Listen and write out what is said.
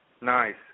Nice